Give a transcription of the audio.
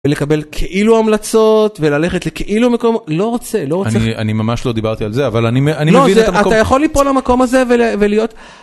ולקבל כאילו המלצות וללכת לכאילו מקום לא רוצה לא רוצה. אני ממש לא דיברתי על זה אבל אני מבין. אתה יכול ליפול המקום הזה ולהיות.